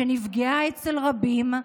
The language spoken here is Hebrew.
שנפגעה אצל רבים,